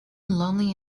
lonely